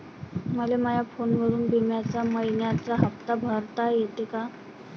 मले माया फोनवरून बिम्याचा मइन्याचा हप्ता भरता येते का?